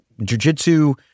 jujitsu